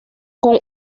con